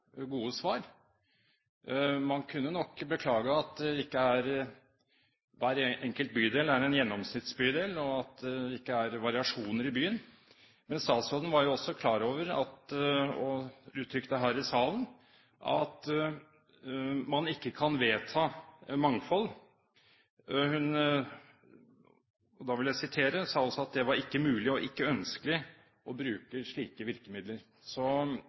gode svar. Man kunne nok beklage at ikke hver enkelt bydel er en gjennomsnittsbydel, og at det ikke er variasjoner i byen, men statsråden var jo også klar over og uttrykte her i salen at man ikke kan vedta mangfold. Hun sa også at det ikke var mulig og ønskelig å bruke slike virkemidler.